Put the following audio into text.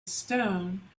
stone